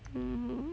mm